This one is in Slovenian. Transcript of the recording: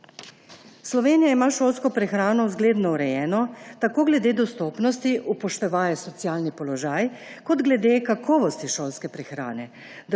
Slovenija ima šolsko prehrano zgledno urejeno tako glede dostopnosti, upoštevaje socialni položaj, kot glede kakovosti šolske prehrane.